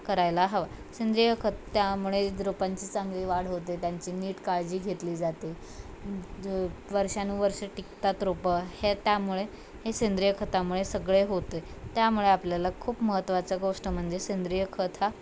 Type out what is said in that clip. करायला हवा सेंद्रिय खत त्यामुळे रोपांची चांगली वाढ होते त्यांची नीट काळजी घेतली जाते वर्षानुवर्ष टिकतात रोपं हे त्यामुळे हे सेंद्रिय खतामुळे सगळे होते त्यामुळे आपल्याला खूप महत्त्वाचं गोष्ट म्हणजे सेंद्रिय खत हा